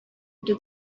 into